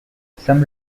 some